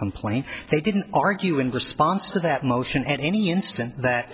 complaint they didn't argue in response to that motion at any instant that